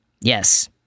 Yes